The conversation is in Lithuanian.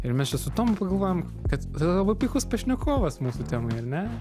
ir mes čia su tomu pagalvojom kad tai yra labai puikus pašnekovas mūsų temai ar ne